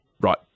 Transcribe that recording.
right